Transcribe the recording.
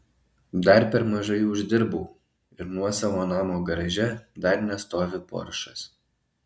dar per mažai uždirbau ir nuosavo namo garaže dar nestovi poršas